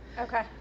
okay